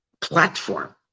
platform